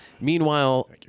Meanwhile